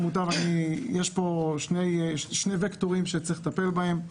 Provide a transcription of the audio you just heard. ויש פה שני וקטורים שצריך לטפל בהם: